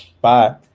bye